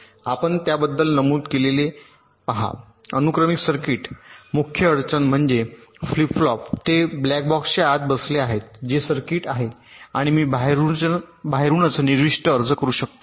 आपण त्याबद्दल नमूद केलेले पहा अनुक्रमिक सर्किट मुख्य अडचण म्हणजे फ्लिप फ्लॉप ते ब्लॅक बॉक्सच्या आत बसले आहेत जे सर्किट आहे आणि मी बाहेरूनच निविष्ट अर्ज करू शकतो